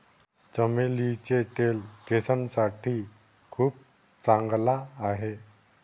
चमेलीचे तेल केसांसाठी खूप चांगला आहे